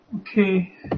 Okay